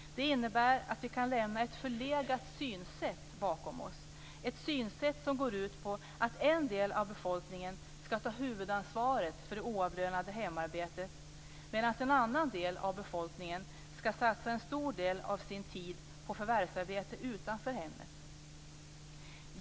Det innebär att vi kan lämna ett förlegat synsätt bakom oss, ett synsätt som går ut på att en del av befolkningen skall ta huvudansvaret för det oavlönade hemarbetet medan en annan del av befolkningen skall satsa en stor del av sin tid på förvärvsarbete utanför hemmet.